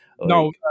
No